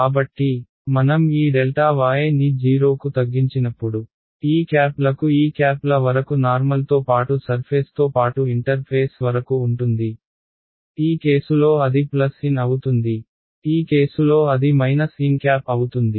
కాబట్టి మనం ఈ y ని 0 కు తగ్గించినప్పుడు ఈ క్యాప్లకు ఈ క్యాప్ల వరకు నార్మల్తో పాటు సర్ఫేస్తో పాటు ఇంటర్ఫేస్ వరకు ఉంటుంది ఈ కేసులో అది n అవుతుంది ఈ కేసులో అది n అవుతుంది